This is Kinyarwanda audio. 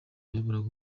wayoboraga